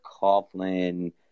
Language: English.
Coughlin